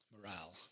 morale